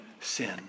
sin